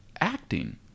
acting